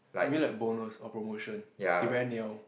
you mean like bonus or promotion he very new